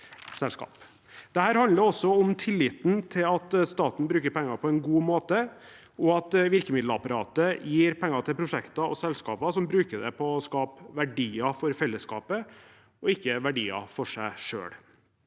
Dette handler også om tilliten til at staten bruker pengene på en god måte, og at virkemiddelapparatet gir penger til prosjekter og selskaper som bruker det på å skape verdier for fellesskapet og ikke verdier for seg selv.